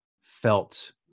felt